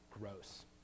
gross